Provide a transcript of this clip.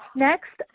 next,